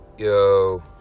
Yo